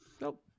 Nope